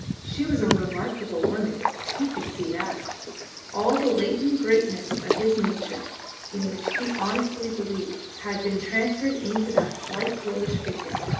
she was a remarkable woman he could see that all the latent greatness of his nature in which he honestly believed had been transfused into that slight, girlish figure.